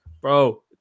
bro